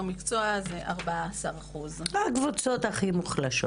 מקצוע זה 4%. זה הקבוצות הכי מוחלשות.